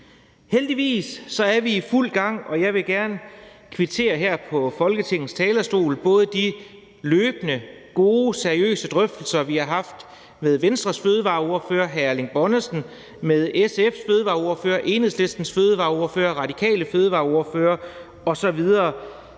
Heldigvis er vi i fuld gang, og jeg vil gerne her fra Folketingets talerstol kvittere for de løbende gode, seriøse drøftelser, vi har haft med Venstres fødevareordfører, hr. Erling Bonnesen, med SF's fødevareordfører, Enhedslistens fødevareordfører, Radikales fødevareordfører osv.